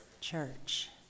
church